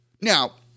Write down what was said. Now